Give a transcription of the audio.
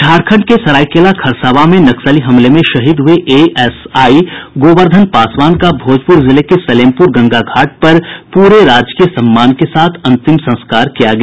झारखंड के सरायकेला खरसांवा में नक्सली हमले में शहीद हुये एएसआई गोवर्द्वन पासवान का भोजपुर जिले के सलेमपुर गंगा घाट पर पूर राजकीय सम्मान के साथ अंतिम संस्कार किया गया